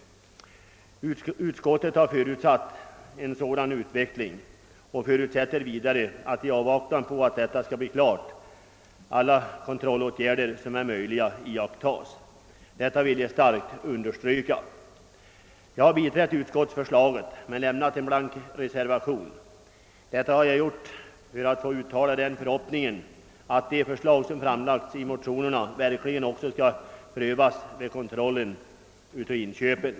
Utskottet har förutsatt en sådan utveckling och förutsätter vidare att alla kontrollåtgärder som är möjliga vidtas i avvaktan på att detta skall bli klart. Jag vill starkt understryka detta. Jag har biträtt utskottets förslag men lämnat en blank reservation. Jag har gjort detta för att få uttala den förhoppningen att de förslag som framlagts i motionerna verkligen också skall prövas vid den kontroll som sker vid inköpen.